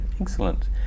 Excellent